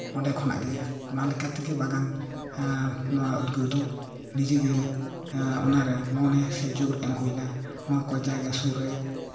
ᱚᱸᱰᱮ ᱠᱷᱚᱱᱟᱜ ᱜᱮ ᱚᱱᱟ ᱞᱮᱠᱟ ᱛᱮᱜᱮ ᱵᱟᱜᱟᱱ ᱱᱚᱣᱟ ᱩᱫᱽᱜᱟᱹᱣ ᱫᱚ ᱱᱤᱡᱮᱜᱮ ᱚᱱᱟᱨᱮ ᱢᱚᱱᱮ ᱥᱮ ᱡᱳᱨ ᱮᱢ ᱦᱩᱭ ᱱᱟ ᱱᱚᱣᱟ ᱠᱚ ᱡᱟᱭᱜᱟ ᱥᱩᱨ ᱨᱮ